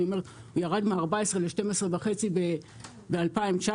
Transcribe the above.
הוא ירד מ-14% ל-12.5% ב-2019,